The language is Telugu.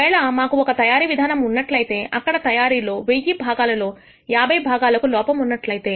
ఒకవేళ మాకు ఒక తయారీ విధానము ఉన్నట్లయితే అక్కడ తయారీలో 1000 భాగాలలో 50 భాగాలకు లోపము ఉన్నట్లయితే